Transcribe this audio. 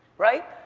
right?